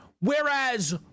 Whereas